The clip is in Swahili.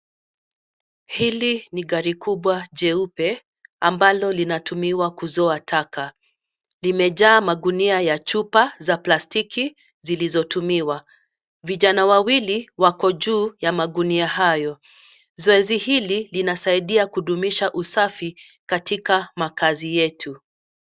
Hili ni gari kubwa jeupe, ambalo linatumiwa kuzoa taka, limejaa magunia ya chupa za plastiki, zilizotumiwa, vijana wawili wako juu ya magunia hayo. Zoezi hili linasaidia kudumisha usafi, katika makazi yetu.